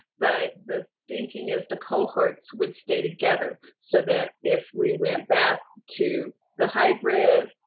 but the thinking is the cohorts would stay together so that if we went back to the hybrid,